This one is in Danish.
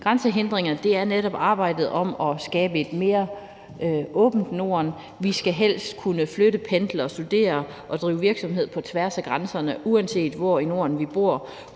grænsehindringer er netop arbejdet med at skabe et mere åbent Norden. Vi skal helst kunne flytte, pendle, studere og drive virksomhed på tværs af grænserne, uanset hvor i Norden vi bor,